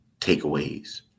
takeaways